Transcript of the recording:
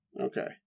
Okay